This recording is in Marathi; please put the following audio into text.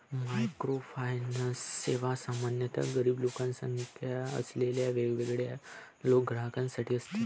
मायक्रोफायनान्स सेवा सामान्यतः गरीब लोकसंख्या असलेल्या वगळलेल्या ग्राहकांसाठी असते